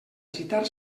gitar